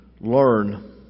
learn